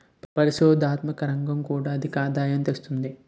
పరిశోధనాత్మక రంగం కూడా అధికాదాయం తెస్తుంది